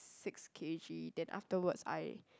six K_G then afterwards I